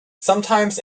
sometimes